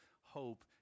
hope